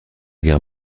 guerre